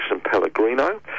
Pellegrino